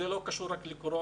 זה לא קשור רק לקורונה.